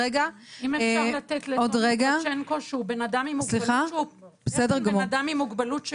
אם אפשר לתת לטומי ברצ'נקו שהוא בן אדם עם מוגבלות,